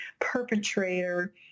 perpetrator